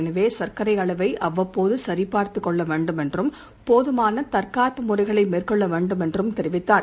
எனவே சர்க்கரை அளவை அவ்வப்போது சரிபார்துக் கொள்ள வேண்டும் என்றும் போதுமாள தற்காப்பு முறைகளை மேற்கொள்ள வேண்டும் என்றும் தெரிவித்தார்